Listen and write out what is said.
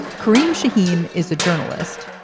kareem shaheen is a journalist,